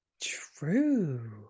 true